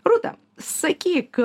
rūta sakyk